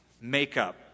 makeup